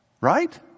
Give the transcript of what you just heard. Right